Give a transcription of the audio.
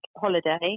holiday